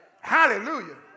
Hallelujah